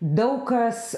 daug kas